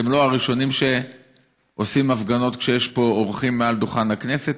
אתם לא הראשונים שעושים הפגנות כשיש פה אורחים מעל דוכן הכנסת,